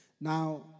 Now